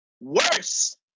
worse